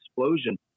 explosion